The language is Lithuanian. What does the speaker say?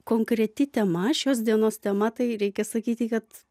konkreti tema šios dienos tema tai reikia sakyti kad